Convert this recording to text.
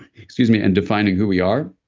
excuse me, in defining who we are.